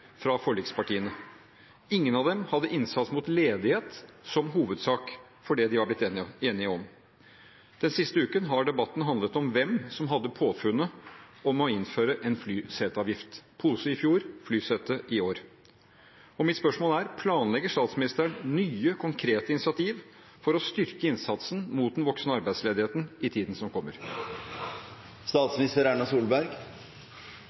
fra forlikspartiene. Ingen av dem hadde innsats mot ledighet som hovedsak for det de var blitt enige om. Den siste uken har debatten handlet om hvem som hadde påfunnet å innføre en flyseteavgift – pose i fjor, flysete i år. Mitt spørsmål er: Planlegger statsministeren nye konkrete initiativ for å styrke innsatsen mot den voksende arbeidsledigheten i tiden som kommer?